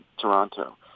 Toronto